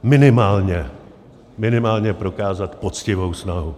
Minimálně, minimálně prokázat poctivou snahu.